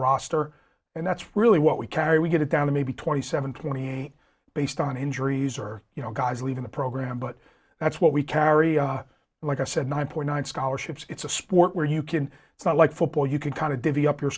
roster and that's really what we carry we get it down to maybe twenty seven twenty based on injuries or you know guys leaving the program but that's what we carry and like i said nine point nine scholarships it's a sport where you can it's not like football you can kind of divvy up your